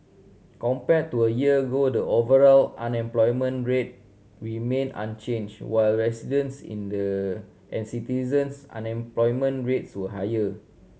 compared to a year ago the overall unemployment rate remained unchanged while residents in the and citizens unemployment rates were higher